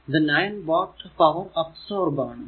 അത് 9 watt power absorb ആണ്